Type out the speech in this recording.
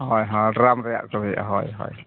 ᱦᱳᱭ ᱦᱳᱭ ᱰᱨᱟᱢ ᱨᱮᱭᱟᱜ ᱛᱚ ᱦᱩᱭᱩᱜᱼᱟ ᱦᱳᱭ ᱦᱳᱭ